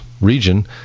region